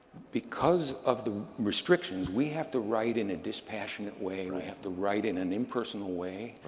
because of the restrictions, we have to write in a dispassionate way. and we have to write in an impersonal way.